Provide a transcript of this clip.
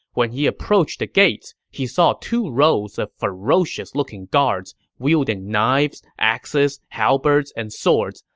when he approached the gates, he saw two rows of ferocious-looking guards, wielding knives, axes, halberds, and swords,